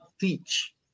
teach